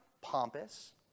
pompous